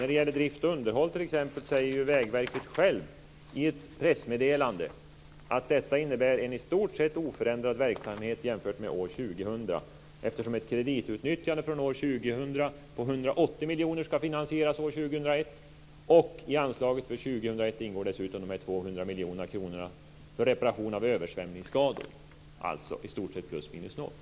När det gäller t.ex. drift och underhåll säger Vägverket i ett pressmeddelande att detta innebär en i stort sett oförändrad verksamhet jämfört med år 2000, eftersom ett kreditutnyttjande från år 2000 på 180 miljoner ska finansieras år 2001. Och i anslaget för 2001 ingår dessutom dessa 200 miljoner för reparation av översvämningsskador. Det är alltså i stort sett plus minus noll.